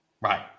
Right